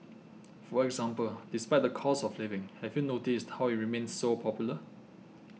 for example despite the cost of living have you noticed how it remains so popular